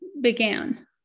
began